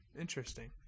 Interesting